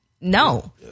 no